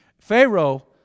Pharaoh